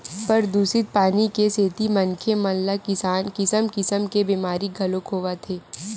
परदूसित पानी के सेती मनखे मन ल किसम किसम के बेमारी घलोक होवत हे